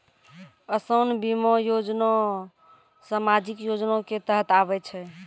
असान बीमा योजना समाजिक योजना के तहत आवै छै